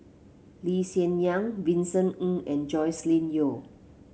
Lee Hsien Yang Vincent Ng and Joscelin Yeo